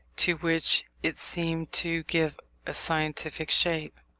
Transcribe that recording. to which it seemed to give a scientific shape.